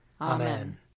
Amen